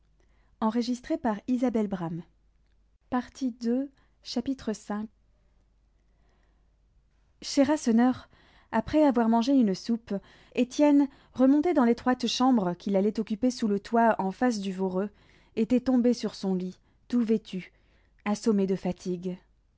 v chez rasseneur après avoir mangé une soupe étienne remonté dans l'étroite chambre qu'il allait occuper sous le toit en face du voreux était tombé sur son lit tout vêtu assommé de fatigue